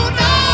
no